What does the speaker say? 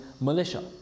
militia